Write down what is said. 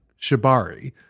Shibari